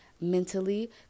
mentally